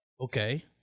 Okay